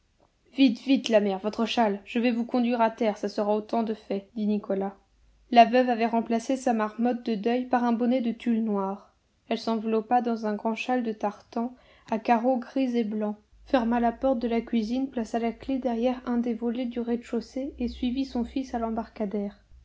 vite vite la mère votre châle je vais vous conduire à terre ça sera autant de fait dit nicolas la veuve avait remplacé sa marmotte de deuil par un bonnet de tulle noir elle s'enveloppa dans un grand châle de tartan à carreaux gris et blancs ferma la porte de la cuisine plaça la clef derrière un des volets du rez-de-chaussée et suivit son fils à l'embarcadère